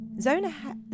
Zona